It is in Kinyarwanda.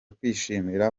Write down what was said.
kwishimira